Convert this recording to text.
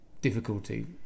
difficulty